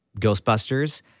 Ghostbusters